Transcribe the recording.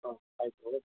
ಹಾಂ ಆಯ್ತು